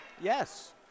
Yes